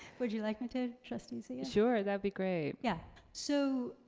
would you like me to, trustee zia? sure, that'd be great. yeah so